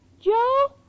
Joe